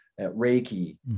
Reiki